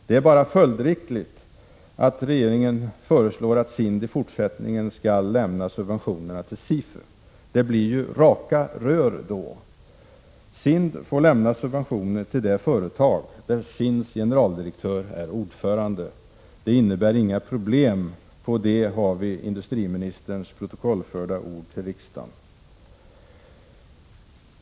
Det är bara följdriktigt att regeringen nu föreslår att SIND i fortsättningen skall lämna subventionerna till SIFU. Det blir ju ”raka rör” då. SIND får lämna subventioner till det företag där SIND:s generaldirektör är ordförande. Det innebär inga problem. På det har vi industriministerns protokollförda ord till riksdagen.